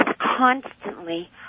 constantly